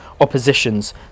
oppositions